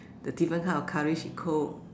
the different kind of Curry she cook